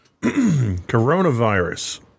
coronavirus